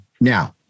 now